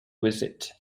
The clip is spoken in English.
visit